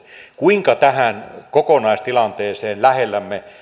kuinka tähän kokonaistilanteeseen lähellämme